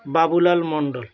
Babulal Mondal